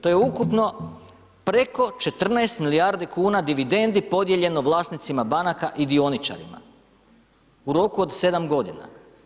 To je ukupno preko 14 milijardi kuna dividendi podijeljeno vlasnicima banaka i dioničarima u roku od 7 godina.